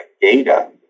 data